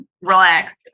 relax